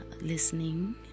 listening